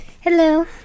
Hello